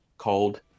called